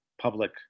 public